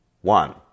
one